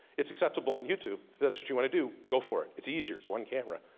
it's acceptable on youtube, if that's what you wanna do go for it. it's easier, it's one camera.